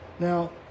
Now